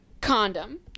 condom